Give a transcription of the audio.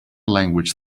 language